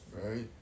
Right